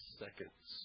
seconds